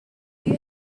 you